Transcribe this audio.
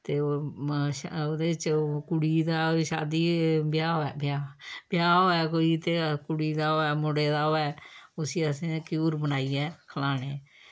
ते ओहे म ओह्दे च कुड़ी दा शादी ब्याह् होऐ ब्याह् ब्याह् होऐ कोई ते कुड़ी दा होऐ मुड़े दा होऐ उस्सी असैं क्यूर बनाइयै खलाने